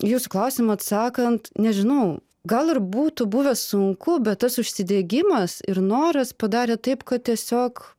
į jūsų klausimą atsakant nežinau gal ir būtų buvę sunku bet tas užsidegimas ir noras padarė taip kad tiesiog